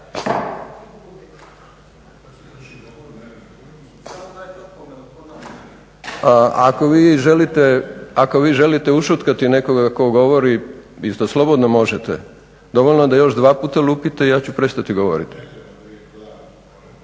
ako vi želite ušutkati nekoga tko govori isto slobodno možete. Dovoljno da još dva puta lupite i ja ću prestati govoriti.